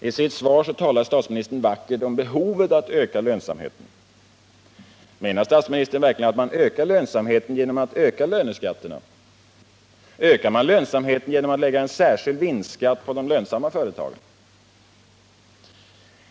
I sitt svar talar statsministern vackert om behovet av att öka lönsamheten. Menar statsministern verkligen att man ökar lönsamheten genom att öka löneskatterna? Ökar man lönsamheten genom att lägga en särskild vinstskatt på de lönsamma företagen?